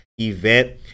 event